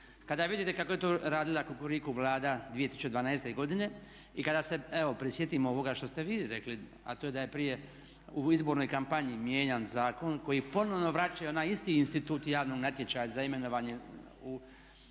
kada vidite kako je to radila Kukuriku vlada 2012. godine i kada se evo prisjetimo ovoga što ste vi rekli, a to je da je prije u izbornoj kampanji mijenjan zakon koji ponovno vraćaju na isti institut javnog natječaja za imenovanje u